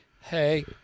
hey